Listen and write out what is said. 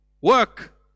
work